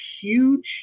huge